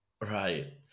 right